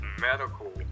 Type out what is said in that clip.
medical